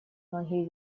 многие